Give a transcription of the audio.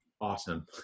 awesome